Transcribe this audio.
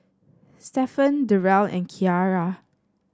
Stephen Derrell and Kiarra